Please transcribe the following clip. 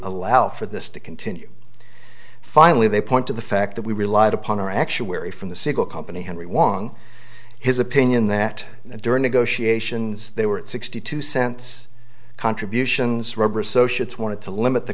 allow for this to continue finally they point to the fact that we relied upon our actuary from the single company henry wanting his opinion that during negotiations they were at sixty two cents contributions rober associates wanted to limit the